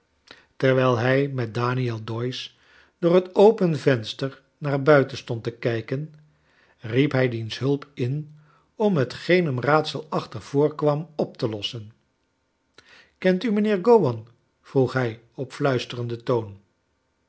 terwijl hij met daniel doyce door het open venster naar buiten stond te krjken riep hij diens hulp in om hetgeen hem raadselachtig voorkwam op te lossen kent u mijnheer go wan vroeg hij op fluisterenden toon